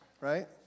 right